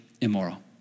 immoral